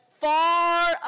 far